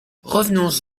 revenons